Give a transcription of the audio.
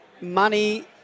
money